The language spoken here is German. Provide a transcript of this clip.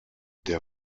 der